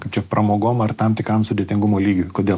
kaip čia pramogom ar tam tikram sudėtingumo lygiu kodėl